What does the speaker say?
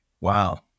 Wow